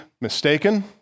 mistaken